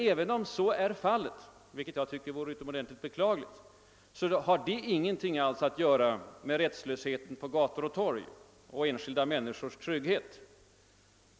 även om så vore fallet, vilket jag tycker vore utomordentligt beklagligt, har det emellertid ingenting att göra med rättslösheten på gator och torg och enskilda människors trygghet.